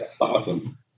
Awesome